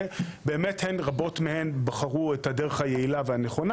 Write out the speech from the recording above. ובאמת רבות מהן בחרו את הדרך היעילה והנכונה